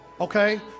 Okay